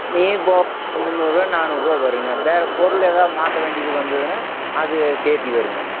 நீங்கள் இப்போது ஒரு முந்நூறுபா நானூறுபா வரும்ங்க வேறு பொருள் ஏதாவது மாற்ற வேண்டியது வந்ததுன்னா அது சேத்து வரும்ங்க